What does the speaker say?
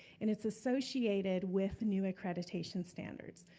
and it's associated with new accreditation standards.